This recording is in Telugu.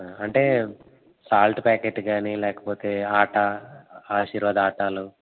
అంటే సాల్ట్ ప్యాకెట్ కానీ లేకపోతే ఆటా ఆశీర్వాద్ ఆటాలు